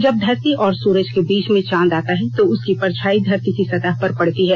जब धरती और सूरज के बीच में चांद आता है तो उसकी परछाई धरती की सतह पर पड़ती है